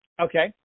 Okay